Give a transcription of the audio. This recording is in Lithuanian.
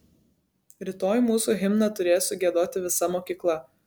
rytoj mūsų himną turės sugiedoti visa mokykla